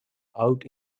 out